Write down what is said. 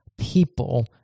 people